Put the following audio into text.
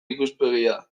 ikuspegia